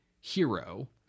hero